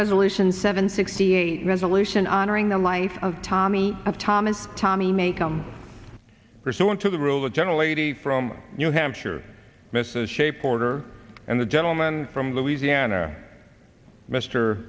resolution seven sixty eight resolution honoring the life of tommy thomas tommy may come pursuant to the rule the general lady from new hampshire mrs shape order and the gentleman from louisiana m